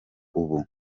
ubu